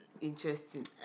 Interesting